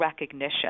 recognition